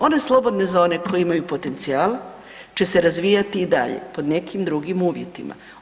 One slobodne zone koje imaju potencijal će se razvijati i dalje pod nekim drugim uvjetima.